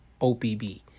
OPB